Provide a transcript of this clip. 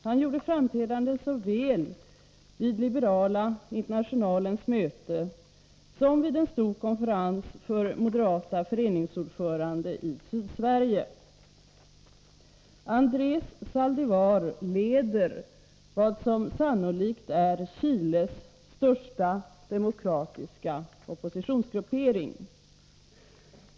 Han gjorde framträdanden såväl vid liberala internationalens möte som vid en stor konferens för moderata föreningsordförande i Sydsverige. Andrés Zaldivar leder vad som sannolikt är Chiles största demokratiska oppositionsgruppering.